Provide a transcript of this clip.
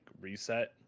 reset